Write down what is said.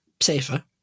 safer